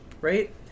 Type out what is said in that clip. right